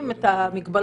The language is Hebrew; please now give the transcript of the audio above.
וכו'